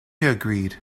agreed